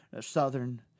southern